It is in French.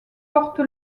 porte